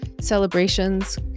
celebrations